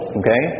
okay